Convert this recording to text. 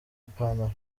ipantalo